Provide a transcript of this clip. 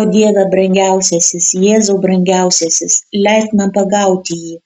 o dieve brangiausiasis jėzau brangiausiasis leisk man pagauti jį